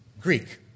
Greek